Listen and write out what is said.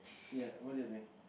ya what did I say